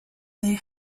they